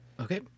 Okay